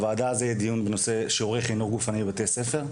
בוועדה הזו יהיה דיון בנושא שיעורי חינוך גופני בבתי הספר.